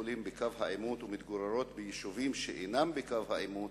בבתי-חולים בקו העימות והמתגוררות ביישובים שאינם בקו העימות